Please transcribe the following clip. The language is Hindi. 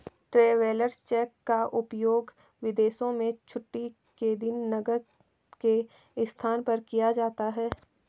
ट्रैवेलर्स चेक का उपयोग विदेशों में छुट्टी के दिन नकद के स्थान पर किया जाता है